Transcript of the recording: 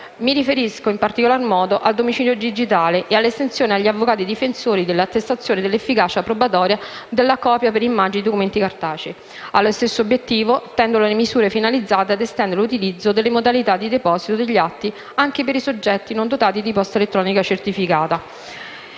Mi riferisco in particolar modo al domicilio digitale e all'estensione agli avvocati difensori della attestazione dell'efficacia probatoria delle copia per immagine di documenti cartacei. Allo stesso obiettivo tendono le misure finalizzate a estendere l'utilizzo delle modalità di deposito degli atti anche per i soggetti non dotati di posta elettronica certificata.